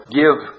give